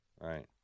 Right